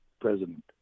president